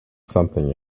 something